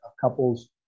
couples